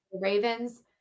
Ravens